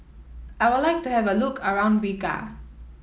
I would like to have a look around Riga